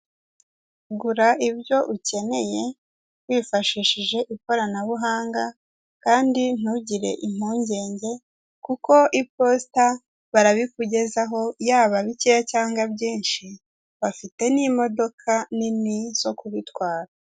Gura ibyo ukeneye wifashishije ikoranabuhanga, kandi ntugire impungenge kuko iposita barabikugezaho, yaba bikeya cyangwa byinshi, bafite n'imodoka nini zo kubitwara.